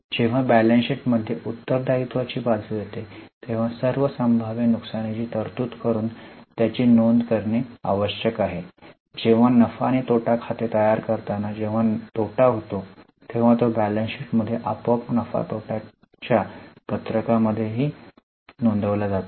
जेव्हा balance sheet मध्ये उत्तरदायित्वाची बाजू येते तेव्हा सर्व संभाव्य नुकसानीची तरतूद करून त्याची नोंद करणे आवश्यक आहे जेव्हा नफा आणि तोटा खाते तयार करताना जेव्हा तोटा होतो तेव्हा तो बैलन्स शीट मध्ये आपोआप नफा तोटाच्या पत्रकामध्येही नोंदवला जातो